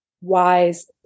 wise